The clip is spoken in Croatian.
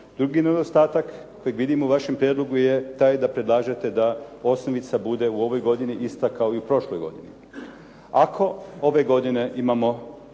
Drugi nedostatak koji vidim u vašem prijedlogu je taj da predlažete da osnovica bude u ovoj godini ista kao i u prošloj godini. Ako ove godine imamo